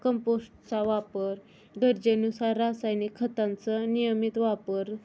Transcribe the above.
कंपोस्टचा वापर गरजेनुसार रासायनिक खतांचं नियमित वापर